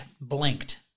blinked